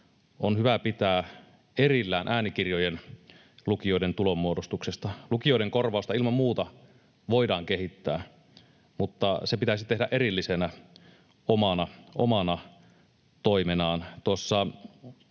on hyvä pitää erillään äänikirjojen lukijoiden tulonmuodostuksesta. Lukijoiden korvausta ilman muuta voidaan kehittää, mutta se pitäisi tehdä erillisenä, omana toimenaan.